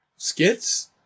Skits